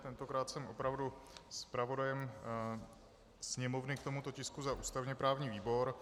Tentokrát jsem opravdu zpravodajem Sněmovny k tomuto tisku za ústavněprávní výbor.